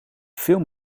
film